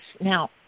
Now